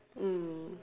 mm